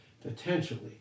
Potentially